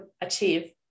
achieve